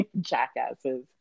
jackasses